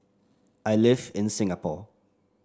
I live in Singapore